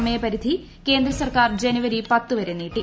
സമയപരിധി കേന്ദ്രസർക്കാർ ജനുവരി പത്തു വരെ നീട്ടി